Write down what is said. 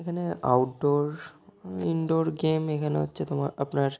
এখানে outdoor indoor game এখানে হচ্ছে তোমার আপনার